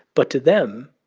but to them,